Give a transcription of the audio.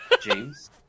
James